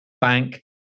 Bank